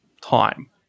time